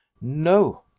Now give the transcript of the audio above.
no